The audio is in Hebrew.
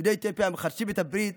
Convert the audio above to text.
יהודי אתיופיה מחדשים את הברית